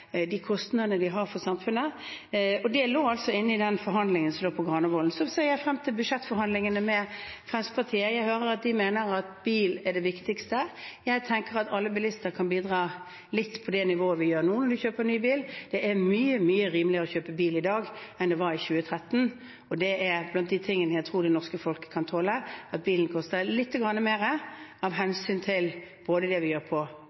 de kostnadene de har for samfunnet. Det lå inne i forhandlingene på Granavolden. Jeg ser frem til budsjettforhandlingene med Fremskrittspartiet. Jeg hører at de mener bil er det viktigste. Jeg tenker at alle bilister kan bidra litt på det nivået vi nå gjør når vi kjøper ny bil. Det er mye, mye rimeligere å kjøpe bil i dag enn det var i 2013. Det er blant de tingene jeg tror det norske folk kan tåle – at bilen koster lite grann mer av hensyn til det vi gjør